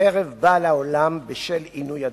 חרב בא לעולם בשל עינוי הדין.